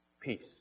peace